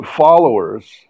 followers